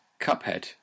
Cuphead